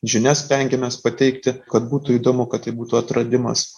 žinias stengiamės pateikti kad būtų įdomu kad tai būtų atradimas